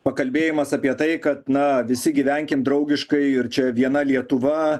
pakalbėjimas apie tai kad na visi gyvenkim draugiškai ir čia viena lietuva